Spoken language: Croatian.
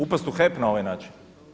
Upasti u HEP na ovaj način?